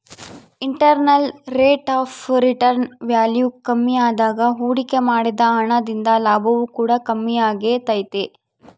internal rate of return value ಕಮ್ಮಿಯಾದಾಗ ಹೂಡಿಕೆ ಮಾಡಿದ ಹಣ ದಿಂದ ಲಾಭವು ಕೂಡ ಕಮ್ಮಿಯಾಗೆ ತೈತೆ